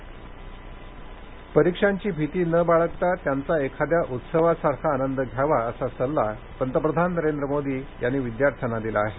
पुरीक्षा पे चर्चा परीक्षांची भीती न बाळगता त्यांचा एखाद्या उत्सवासारखा आनंद घ्यावा असा सल्ला पंतप्रधान नरेंद्र मोदी यांनी विद्यार्थ्यांना दिला आहे